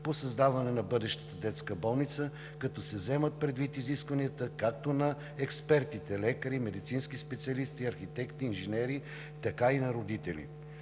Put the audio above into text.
по създаване на бъдещата детска болница, като се вземат предвид изискванията както на експертите – лекари, медицински специалисти, архитекти, инженери, така и на родители.